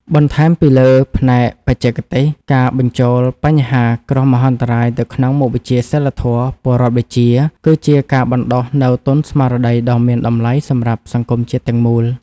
បន្ថែមពីលើផ្នែកបច្ចេកទេស ការបញ្ចូលបញ្ហាគ្រោះមហន្តរាយទៅក្នុងមុខវិជ្ជាសីលធម៌-ពលរដ្ឋវិជ្ជា គឺជាការបណ្ដុះនូវទុនស្មារតីដ៏មានតម្លៃសម្រាប់សង្គមជាតិទាំងមូល។